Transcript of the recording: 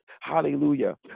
Hallelujah